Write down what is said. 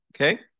Okay